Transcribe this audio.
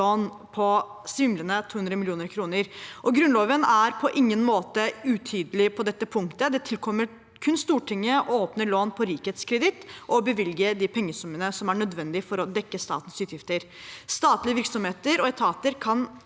på svimlende 200 mill. kr. Grunnloven er på ingen måte utydelig på dette punktet. Det tilkommer kun Stortinget å åpne lån på rikets kreditt og bevilge de pengesummene som er nødvendig for å dekke statens utgifter. Statlige virksomheter og etater